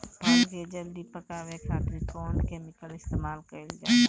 फल के जल्दी पकावे खातिर कौन केमिकल इस्तेमाल कईल जाला?